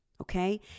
okay